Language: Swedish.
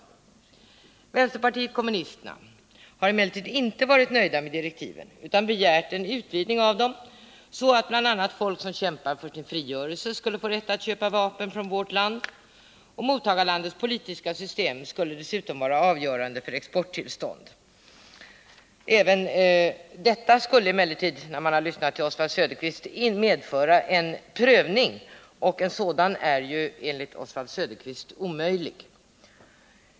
Vänsterpartiet kommunisterna har emellertid inte varit nöjt med direktiven utan har begärt en utvidgning av dessa, så att bl.a. folk som kämpar för sin frigörelse skulle få rätt att köpa vapen från vårt land. Mottagarlandets politiska system skulle dessutom vara avgörande för exporttillstånd. Även detta skulle, vilket man finner när man lyssnar till Oswald Söderqvist, innebära en prövning, och en sådan är ju enligt Oswald Söderqvist omöjlig.